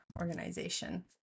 organization